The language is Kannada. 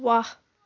ವಾಹ್